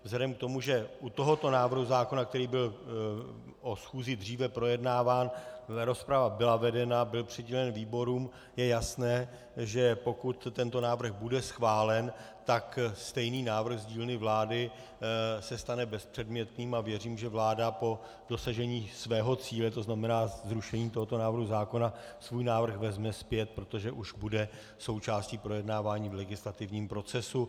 Vzhledem k tomu, že u tohoto návrhu zákona, který byl o schůzi dříve projednáván, rozprava byla vedena, byl přidělen výborům, je jasné, že pokud tento návrh bude schválen, tak stejný návrh z dílny vlády se stane bezpředmětným a věřím, že vláda po dosažení svého cíle, tzn. zrušení tohoto návrhu zákona, svůj návrh vezme zpět, protože už bude součástí projednávání v legislativním procesu.